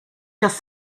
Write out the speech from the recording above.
just